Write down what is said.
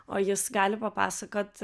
o jis gali papasakot